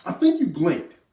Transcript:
i think you blinked,